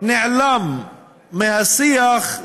נעלם מהשיח,